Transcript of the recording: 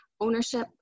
ownership